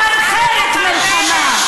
מחרחרת מלחמה.